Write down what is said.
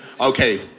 Okay